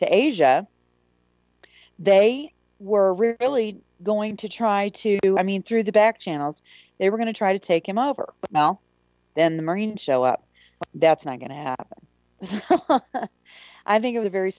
to asia they were really going to try to do i mean through the back channels they were going to try to take him over now then the marines show up that's not going to happen i think it was very